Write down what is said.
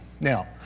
Now